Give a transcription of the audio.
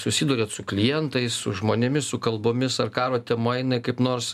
susiduriat su klientais su žmonėmis su kalbomis ar karo tema jinai kaip nors